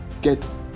get